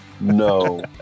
no